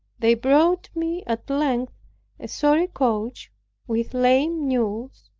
they brought me at length a sorry coach with lame mules,